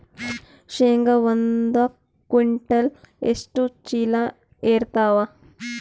ಶೇಂಗಾ ಒಂದ ಕ್ವಿಂಟಾಲ್ ಎಷ್ಟ ಚೀಲ ಎರತ್ತಾವಾ?